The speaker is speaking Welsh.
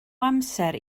amser